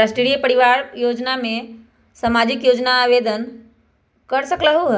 राष्ट्रीय परिवार लाभ योजना सामाजिक योजना है आवेदन कर सकलहु?